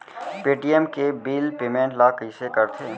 Paytm के bill payment ल कइसे करथे?